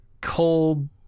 cold